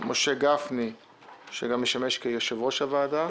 משה גפני שגם ישמש כיושב-ראש הוועדה,